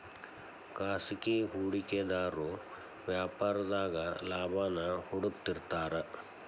ಖಾಸಗಿ ಹೂಡಿಕೆದಾರು ವ್ಯಾಪಾರದಾಗ ಲಾಭಾನ ಹುಡುಕ್ತಿರ್ತಾರ